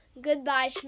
Goodbye